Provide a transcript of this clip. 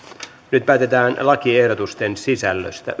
nyt päätetään lakiehdotusten sisällöstä